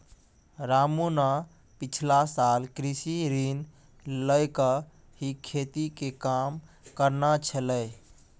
रामू न पिछला साल कृषि ऋण लैकॅ ही खेती के काम करनॅ छेलै